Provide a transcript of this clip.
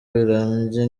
birambye